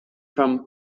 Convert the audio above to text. from